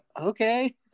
okay